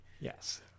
Yes